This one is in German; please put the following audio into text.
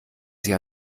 sie